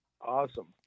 Awesome